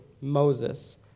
Moses